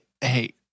hey